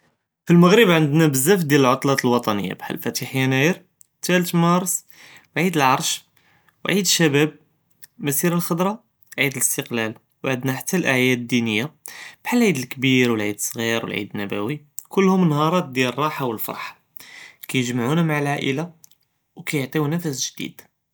פלאמערב ענדנא בּזאף דיאל אלעְטָלַאת אלווטנִיָה בְּחַל אלפַאתח ינַאֵיר, תְלָאת מַארְס, עִיד אלעַרש וְעִיד אִשַּבּאב, מַסִירַת אלחְדַרָה, עִיד אלאסטִקלַל וְענדנא חַתּא אלעְיָד אלדִינִיָה בְּחַל אלעִיד אלכְּבּיר ואלעִיד אלצְכּיר וְעִיד אלנַבּוּוי, כּולּהּום נְظַרָאת דִיַאל אלרַאחַה ואלפרַחָה, כִּיַגְמְעוּנָא מַע אלעַאילה וְכִיַעְטִיוּ נַפְס גְדִיד.